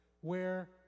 Where